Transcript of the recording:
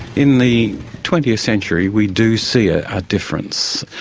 in the twentieth century, we do see a ah difference.